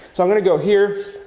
so i'm gonna go here.